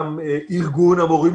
גם ארגון המורים,